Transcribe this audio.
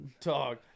Dog